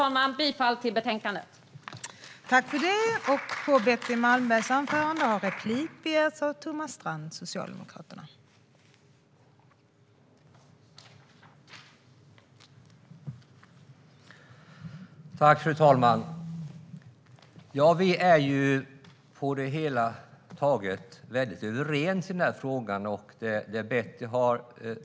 Jag yrkar bifall till förslaget till beslut.